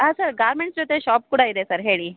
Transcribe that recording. ಹಾಂ sir garments ಜೊತೆ shop ಕೂಡ ಇದೆ ಸರ್ ಹೇಳಿ